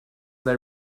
they